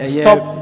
stop